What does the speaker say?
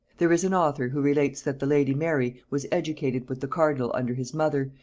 there is an author who relates that the lady mary was educated with the cardinal under his mother,